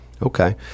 Okay